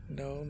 no